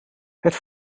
het